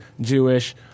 Jewish